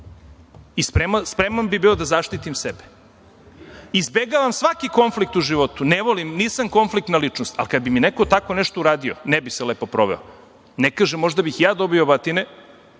spreman da zaštitim sebe. Izbegavam svaki konflikt u životu, ne volim, nisam konfliktna ličnost, ali kad bi mi neko tako nešto uradio, ne bi se lepo proveo. Ne kažem, možda bih i ja dobio batine,